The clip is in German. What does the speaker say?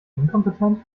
inkompetent